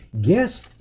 Guess